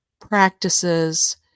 practices